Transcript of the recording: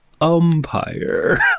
umpire